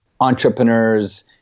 entrepreneurs